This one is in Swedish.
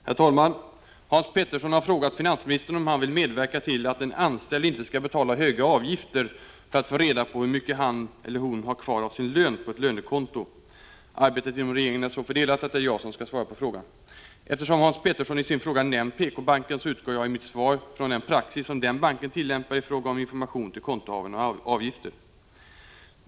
Herr talman! Hans Petersson i Hallstahammar har frågat finansministern om han vill medverka till att en anställd inte skall betala höga avgifter för att få reda på hur mycket han eller hon har kvar av sin lön på ett lönekonto. Arbetet inom regeringen är så fördelat att det är jag som skall svara på frågan. Eftersom Hans Petersson i sin fråga nämnt PK-banken, utgår jag i mitt svar från den praxis som den banken tillämpar i fråga om information till kontohavarna och avgifter.